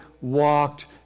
walked